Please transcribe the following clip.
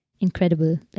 incredible